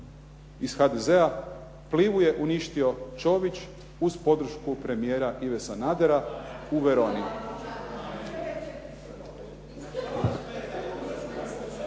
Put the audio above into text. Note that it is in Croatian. iz HDZ-a Plivu je uništio Ćović uz podršku premijera Ive Sanadera u Veroni.